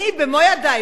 אני במו ידי,